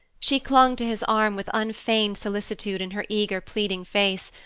she clung to his arm with unfeigned solicitude in her eager, pleading face,